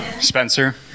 Spencer